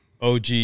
OG